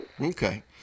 Okay